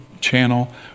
channel